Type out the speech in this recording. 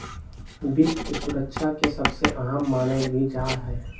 वित्त के सुरक्षा के सबसे अहम मानल भी जा हई